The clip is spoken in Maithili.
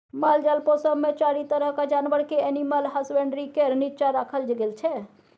मालजाल पोसब मे चारि तरहक जानबर केँ एनिमल हसबेंडरी केर नीच्चाँ राखल गेल छै